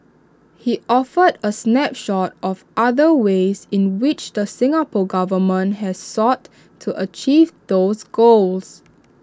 he offered A snapshot of other ways in which the Singapore Government has sought to achieve those goals